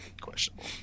questionable